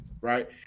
right